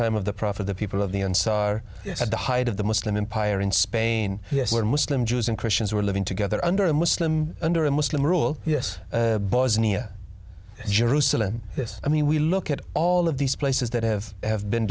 time of the prophet the people of the un saw are at the height of the muslim empire in spain were muslim jews and christians were living together under a muslim under a muslim rule yes bosnia jerusalem this i mean we look at all of these places that have have been